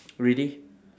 really